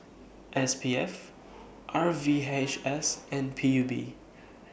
S P F R V H S and P U B